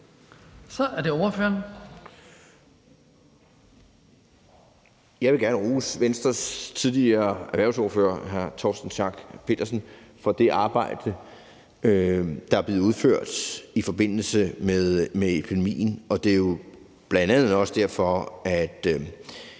Andersen (V): Jeg vil gerne rose Venstres tidligere erhvervsordfører hr. Torsten Schack Pedersen for det arbejde, der er blevet udført i forbindelse med epidemien. Det er jo bl.a. også derfor, der